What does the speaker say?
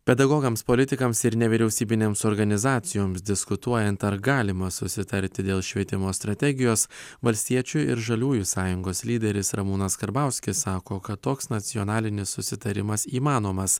pedagogams politikams ir nevyriausybinėms organizacijoms diskutuojant ar galima susitarti dėl švietimo strategijos valstiečių ir žaliųjų sąjungos lyderis ramūnas karbauskis sako kad toks nacionalinis susitarimas įmanomas